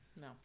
No